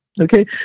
Okay